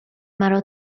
مرا